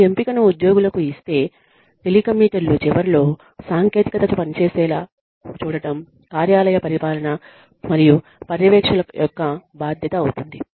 ఈ ఎంపికను ఉద్యోగులకు ఇస్తే టెలికమ్యూటర్లు చివరలో సాంకేతికత పనిచేసేలా చూడటం కార్యాలయ పరిపాలన మరియు పర్యవేక్షకుల యొక్క బాధ్యత అవుతుంది